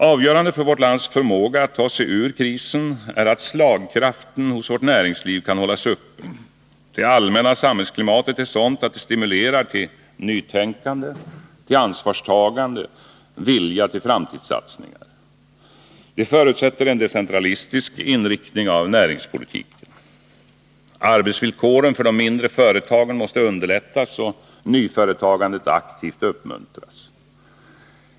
Avgörande för vårt lands förmåga att ta sig ur krisen är att slagkraften hos vårt näringsliv kan hållas uppe, att det allmänna samhällsklimatet är sådant att det stimulerar till nytänkande, till ansvarstagande och till vilja att göra framtidssatsningar. Det förutsätter en decentralistisk inriktning av näringspolitiken. Arbetsvillkoren för de mindre företagen måste underlättas, och nyföretagandet måste aktivt uppmuntras.